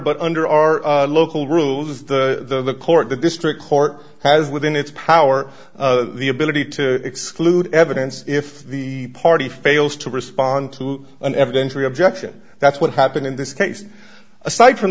but under our local rules the court the district court has within its power the ability to exclude evidence if the party fails to respond to an evidentiary objection that's what happened in this case aside from